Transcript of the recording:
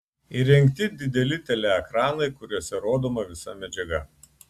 įrengti dideli teleekranai kuriuose rodoma visa medžiaga